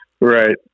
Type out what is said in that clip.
Right